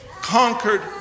conquered